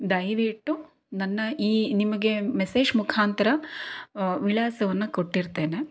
ದಯವಿಟ್ಟು ನನ್ನ ಈ ನಿಮಗೆ ಮೆಸೇಜ್ ಮುಖಾಂತರ ವಿಳಾಸವನ್ನು ಕೊಟ್ಟಿರ್ತೇನೆ